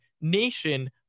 nation